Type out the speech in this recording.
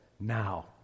now